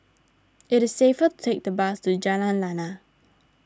it is safer to take the bus to Jalan Lana